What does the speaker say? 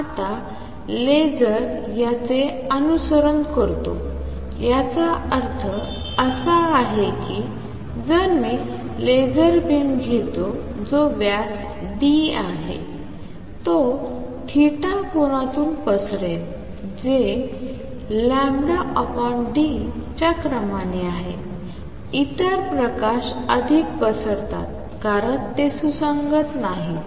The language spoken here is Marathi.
आणि लेसर याचे अनुसरण करतो याचा अर्थ असा की जर मी लेसर बीम घेतो जो व्यास डी आहे तो θ कोनातून पसरेल जे λd च्या क्रमाने आहे इतर प्रकाश अधिक पसरतात कारण ते सुसंगत नाहीत